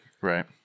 Right